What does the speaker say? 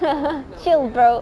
chill brother